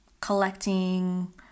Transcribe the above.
collecting